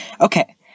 Okay